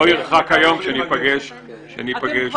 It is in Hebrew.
לא ירחק היום בו ניפגש שוב.